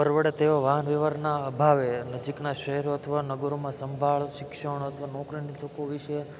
પરવડે તેવા વાહન વ્યવહારના અભાવે નજીકનાં શહેરો અથવા નગરોમાં સંભાળ શિક્ષણ અથવા નોકરીની તકો વિશે